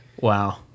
Wow